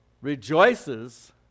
rejoices